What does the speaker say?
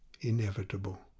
inevitable